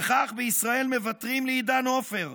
וכך, בישראל מוותרים לעידן עופר,